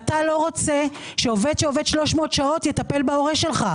אתה לא רוצה שעובד שעובד 300 שעות יטפל בהורה שלך.